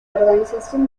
organización